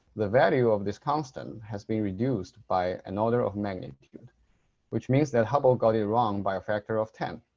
the value of this constant has been reduced by an order of magnitude which means that hubble got it wrong by a factor of ten.